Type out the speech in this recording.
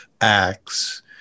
acts